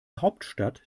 hauptstadt